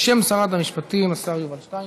בשם שרת המשפטים ישיב השר יובל שטייניץ,